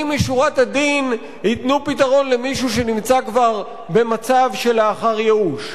משורת הדין ייתנו פתרון למישהו שנמצא כבר במצב שלאחר ייאוש.